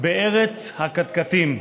"בארץ הקטקטים".